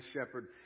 shepherd